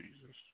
Jesus